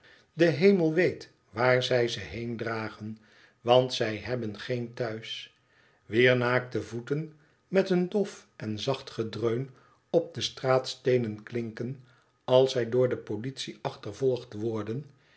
de hemel weet waar zij ze heen dragen want zij hebben geen thuis wier naakte voeten met een dof en zacht gedreun op de straatsteenen klinken als zij door de politie achtervolgd worden